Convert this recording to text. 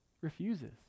refuses